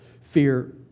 fear